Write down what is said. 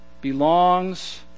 belongs